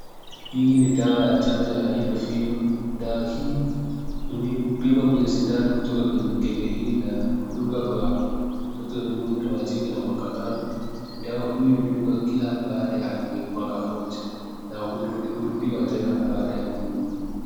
Hii ni dawa ya chanjo ya yellow fever, dawa hii hupimwa kwenye sindano kutoka kwenye mikebe hii na hudungwa kwa watoto wenye umri wa chini wa miaka mitano, dawa hii hudungwa kila baada ya mwaka moja na hurudiwa tena baada ya kudungwa.